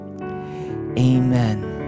amen